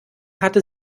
hatte